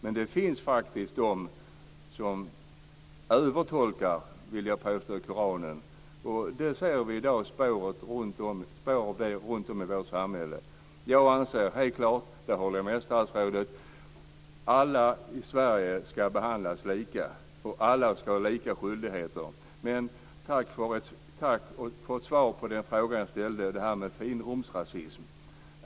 Men jag vill påstå att det faktiskt finns de som övertolkar Koranen. Vi ser spår av det i dag runtom i vårt samhälle. Jag anser helt klart - i det avseendet håller jag med statsrådet - att alla i Sverige ska behandlas lika. Alla ska ha samma skyldigheter. Men jag skulle vilja få ett svar på den fråga som jag ställde om detta med finrumsrasism.